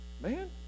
man